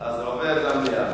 אז זה עובר למליאה.